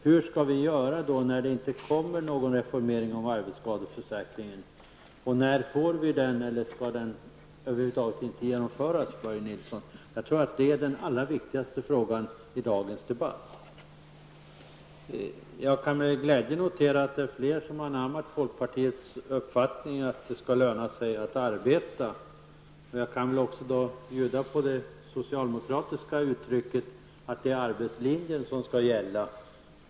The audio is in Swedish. Hur skall vi göra när det inte kommer någon reformering av arbetsskadeförsäkringen? När får vi den, eller skall den över huvud taget inte genomföras? Jag tror att det är de allra viktigaste frågorna i dagens debatt. Jag kan med glädje notera att det är flera som har anammat folkpartiets uppfattning att det skall löna sig att arbeta. Jag kan väl bjuda på det socialdemokratiska uttrycket att det är arbetslinjen som skall gälla.